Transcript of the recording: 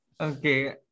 okay